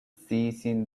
seizing